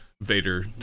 Vader